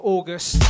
August